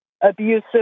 abusive